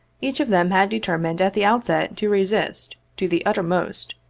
each of them had determined at the outset to resist, to the utter most,